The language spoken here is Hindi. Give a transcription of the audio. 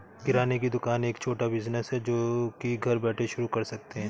किराने की दुकान एक छोटा बिज़नेस है जो की घर बैठे शुरू कर सकते है